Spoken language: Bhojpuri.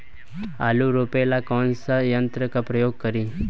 आलू रोपे ला कौन सा यंत्र का प्रयोग करी?